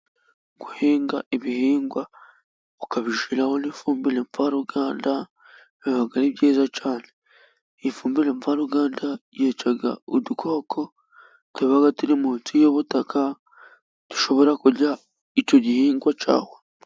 Guhinga ibihingwa ukabishiraho n'ifumbire mvaruganda biba ari byiza cyane. Ifumbire mvaruganda yica udukoko tuba turi munsi y'ubutaka dushobora kurya icyo gihingwa cyawe.